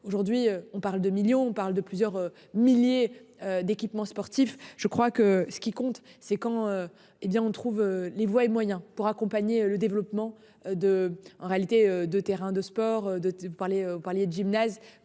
aujourd'hui on parle de millions, on parle de plusieurs milliers d'équipements sportifs. Je crois que ce qui compte c'est quand. Hé bien on trouve les voies et moyens pour accompagner le développement de en réalité de terrain de sport de parler vous parliez de gymnase